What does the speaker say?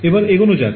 এবার এগোনো যাক